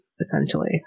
essentially